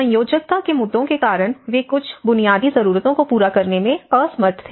संयोजकता के मुद्दों के कारण वे कुछ बुनियादी जरूरतों को पूरा करने में असमर्थ थे